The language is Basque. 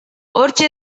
hortxe